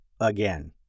Again